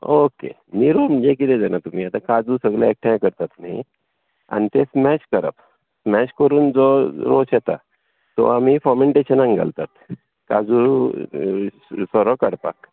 okay निरो म्हणजे कितें जाणा तुमी आतां काजू सगले एकठांय करतात न्हय आनी ते स्मॅश करप स्मॅश करून जो रोस येता तो आमी फॉमँटेशनाक घालतात काजू सोरो काडपाक